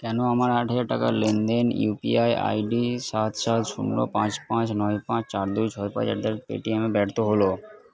কেন আমার আট হাজার টাকার লেনদেন ইউপিআই আইডি সাত সাত শূন্য পাঁচ পাঁচ নয় পাঁচ চার দুই ছয় পাঁচ অ্যাট দা রেট পেটিএমে ব্যর্থ হলো